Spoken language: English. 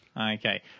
Okay